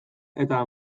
eta